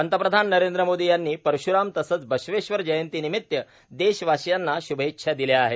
पंतप्रधान नरेंद्र मोदी यांनी परश्राम तसंच बसवेश्वर जयंतीनिमित्त देशवासियांना श्भेच्छा दिल्या आहेत